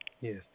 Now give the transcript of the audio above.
Yes